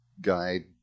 guide